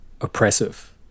oppressive